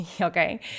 Okay